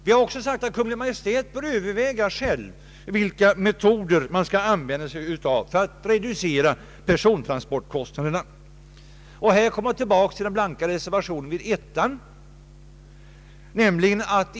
Vi har också anfört att Kungl. Maj:t själv bör överväga vilka metoder som skall användas för att reducera persontransportkostnaderna. Här återkommer jag delvis till vad den blanka reservationen nr 1 berör.